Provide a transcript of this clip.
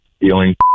feeling